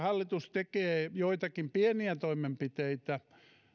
hallitus tekee joitakin pieniä toimenpiteitä